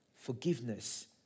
Forgiveness